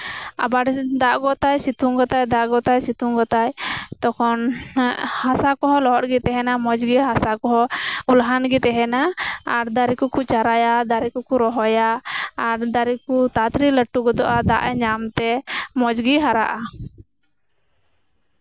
ᱟᱵᱟᱨ ᱫᱟᱜ ᱜᱚᱫᱟᱭ ᱥᱤᱛᱩᱝ ᱜᱚᱫᱟᱭ ᱫᱟᱜ ᱜᱚᱫᱟᱭ ᱥᱤᱛᱩᱝ ᱜᱚᱫᱟᱭ ᱛᱚᱠᱷᱚᱱ ᱦᱟᱥᱟ ᱠᱚᱦᱚᱸ ᱞᱚᱦᱚᱫ ᱜᱮ ᱛᱟᱦᱮᱸᱱᱟ ᱢᱚᱸᱡᱽᱜᱮ ᱦᱟᱥᱟ ᱠᱚᱦᱚᱸ ᱠᱚᱞᱦᱟᱱ ᱜᱮ ᱛᱟᱦᱮᱸᱱᱟ ᱟᱨ ᱫᱟᱨᱮ ᱠᱚᱠᱚ ᱪᱟᱨᱟᱭᱟ ᱫᱟᱨᱮ ᱠᱚᱠᱚ ᱨᱚᱦᱚᱭᱟ ᱟᱨ ᱫᱟᱨᱮ ᱠᱚ ᱛᱟᱲᱟ ᱛᱟᱹᱲᱤ ᱞᱟᱹᱴᱩ ᱜᱚᱫᱚᱜᱼᱟ ᱫᱟᱜ ᱮ ᱧᱟᱢᱛᱮ ᱢᱚᱸᱡᱽᱜᱮ ᱦᱟᱨᱟᱜᱼᱟ